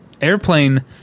Airplane